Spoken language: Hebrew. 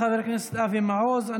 תודה, חבר הכנסת אבי מעוז.